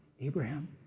Abraham